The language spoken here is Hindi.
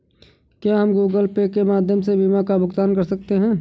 क्या हम गूगल पे के माध्यम से बीमा का भुगतान कर सकते हैं?